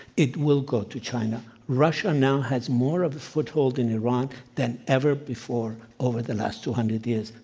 it will go to china. russia now has more of a foothold in iran than ever before over the last two hundred years.